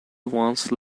once